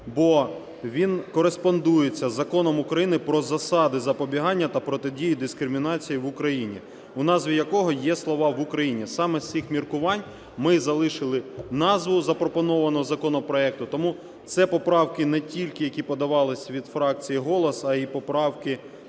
бо він кореспондується із Законом України "Про засади запобігання та протидії дискримінації в Україні", у назві якого є слова "в Україні". Саме з цих міркувань ми й залишили назву, запропоновану законопроекту. Тому це поправки не тільки, які подавались від фракції "Голос", а й поправки